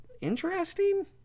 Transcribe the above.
interesting